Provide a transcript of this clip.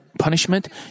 punishment